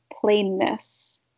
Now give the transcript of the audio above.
plainness